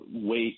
weight